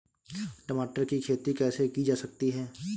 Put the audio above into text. टमाटर की खेती कैसे की जा सकती है?